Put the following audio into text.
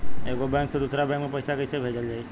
एगो बैक से दूसरा बैक मे पैसा कइसे भेजल जाई?